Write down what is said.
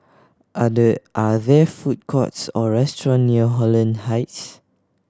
are there are there food courts or restaurant near Holland Heights